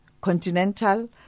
continental